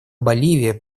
боливия